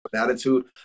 attitude